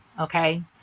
Okay